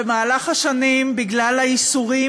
במהלך השנים, בגלל האיסורים,